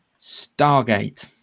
Stargate